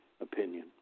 opinion